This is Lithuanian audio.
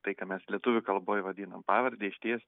tai ką mes lietuvių kalboj vadinam pavarde išties